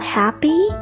happy